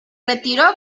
retiró